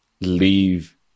leave